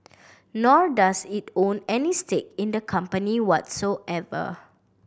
nor does it own any stake in the company whatsoever